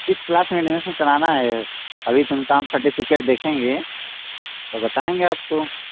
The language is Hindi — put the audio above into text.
किस क्लास में एडमिशन कराना है अभी तो उनका हम सर्टिफिकेट देखेंगे तब बताएँगे आपको